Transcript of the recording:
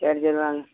சரி சரி வாங்க